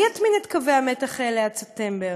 מי יטמין את קווי המתח האלה עד ספטמבר?